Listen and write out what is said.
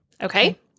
Okay